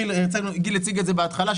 גיל הציג את זה בהתחלה,